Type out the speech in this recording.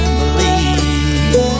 believe